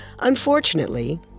Unfortunately